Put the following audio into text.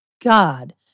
God